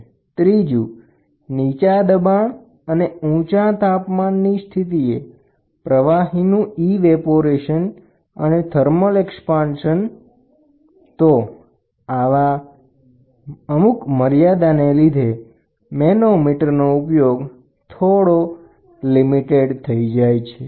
પ્રવાહીનું thermal વિસ્તરણ અને નીચા દબાણ અને ઉચ્ચ તાપમાનની સ્થિતિમાં પ્રવાહીનું બાષ્પીભવન આ કેટલાક ખૂબ જ મહત્વપૂર્ણ મુદ્દા છે જે મેનોમીટરનો ઉપયોગ મર્યાદિત બનાવે છે